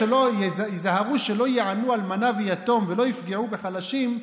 יזהרו שלא יענו אלמנה ויתום ולא יפגעו בחלשים,